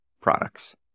products